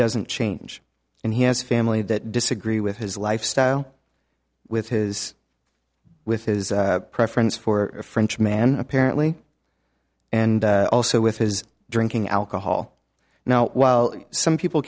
doesn't change and he has family that disagree with his lifestyle with his with his preference for a frenchman apparently and also with his drinking alcohol now while some people